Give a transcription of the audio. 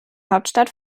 hauptstadt